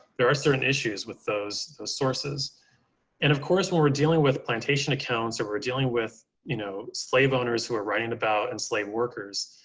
there are certain issues with those, those sources. and of course, when we're dealing with plantation accounts, or we're dealing with, you know, slave owners who are writing about and slave workers,